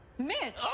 mitch!